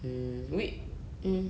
um wait mm